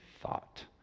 thought